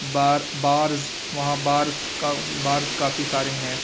بار bars وہاں bars کا bars کافی سارے ہیں